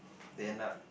then end up